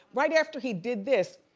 right after he did this,